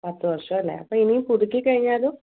പത്ത് വർഷം അല്ലേ അപ്പം ഇനി പുതുക്കി കഴിഞ്ഞാലും